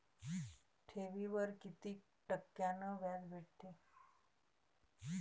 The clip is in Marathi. ठेवीवर कितीक टक्क्यान व्याज भेटते?